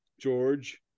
George